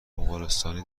مغولستانی